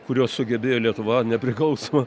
kurios sugebėjo lietuva nepriklausoma